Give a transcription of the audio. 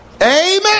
Amen